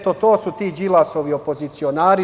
To su ti Đilasovi opozicionari.